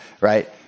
Right